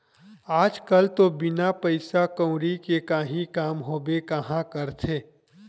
आज कल तो बिना पइसा कउड़ी के काहीं काम होबे काँहा करथे